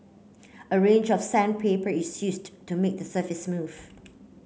a range of sandpaper is used to make the surface smooth